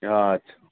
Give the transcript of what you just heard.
इहए छै